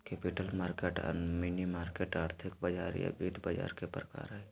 capital market आर money market आर्थिक बाजार या वित्त बाजार के प्रकार हय